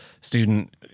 student